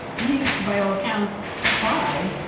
he, by all accounts, tried,